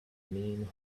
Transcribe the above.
mean